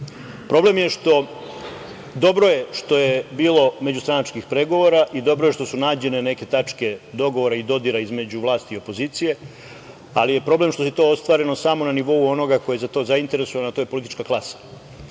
je što, dobro je što je bilo međustranačkih pregovora i dobro je što su nađene neke tačke dogovora i dodira između vlasti i opozicije, ali je problem samo što je to ostvareno samo na nivou onoga koji je za to zainteresovan, a to je politička